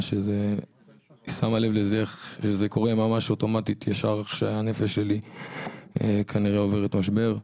היא שמה לב לזה שזה קורה אוטומטית איך שהנפש שלי כנראה עוברת משבר.